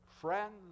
friends